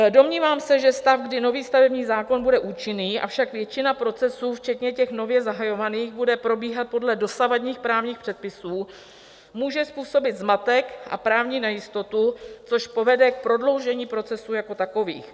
Domnívám se, že stav, kdy nový stavební zákon bude účinný, avšak většina procesů včetně těch nově zahajovaných bude probíhat podle dosavadních právních předpisů, může způsobit zmatek a právní nejistotu, což povede k prodloužení procesů jako takových.